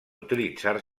utilitzar